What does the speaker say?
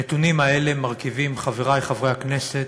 הנתונים האלה מרכיבים, חברי חברי הכנסת,